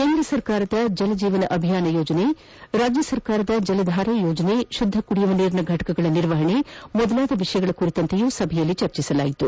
ಕೇಂದ್ರ ಸರ್ಕಾರದ ಜಲ ಜೀವನ್ ಅಭಿಯಾನ ಯೋಜನೆ ರಾಜ್ಯ ಸರ್ಕಾರದ ಜಲಧಾರೆ ಯೋಜನೆ ಶುದ್ದ ಕುಡಿಯುವ ನೀರಿನ ಘಟಕಗಳ ನಿರ್ವಹಣೆ ಮೊದಲಾದ ವಿಷಯಗಳ ಕುರಿತಂತೆಯೂ ಸಭೆಯಲ್ಲಿ ಚರ್ಚಿಸಲಾಯಿತು